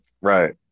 Right